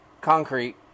concrete